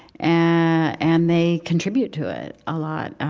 and they contribute to it a lot.